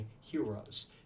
heroes